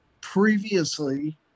Previously